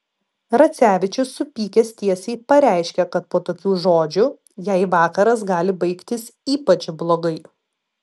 racevičius supykęs tiesiai pareiškė kad po tokių žodžių jai vakaras gali baigtis ypač blogai